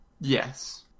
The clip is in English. Yes